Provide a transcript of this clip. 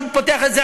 שהוא פותח את זה,